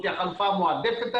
זאת החלופה המועדפת עלינו,